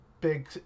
big